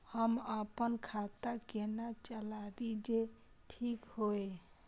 हम अपन खाता केना चलाबी जे ठीक होय?